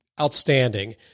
outstanding